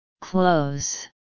Close